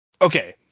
okay